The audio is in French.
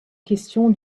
question